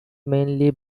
mainly